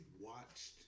watched